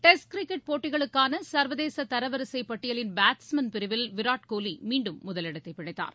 test cricket போட்டிகளுக்கானசர்வதேசதரவரிசைபட்டியிலின் batsman பிரிவில் விராட் கோலிமீண்டும் முதல் இடத்தைபிடித்தார்